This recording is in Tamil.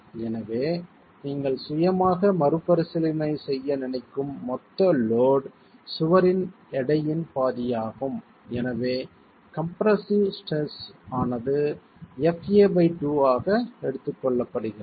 எனவே நீங்கள் சுயமாக மறுபரிசீலனை செய்ய நினைக்கும் மொத்த லோட் சுவரின் எடையின் பாதியாகும் எனவே கம்ப்ரெஸ்ஸிவ் ஸ்ட்ரெஸ் ஆனது fa2 ஆக எடுத்துக்கொள்ளப்படுகிறது